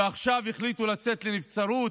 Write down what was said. ועכשיו החליטו לצאת לנבצרות,